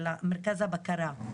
מרכז הבקרה,